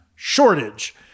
shortage